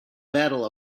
battle